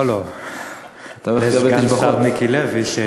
נמצא פה מיקי לוי,